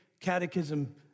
Catechism